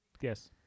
Yes